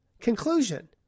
Conclusion